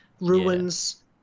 ruins